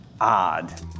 odd